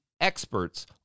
experts